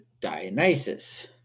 Dionysus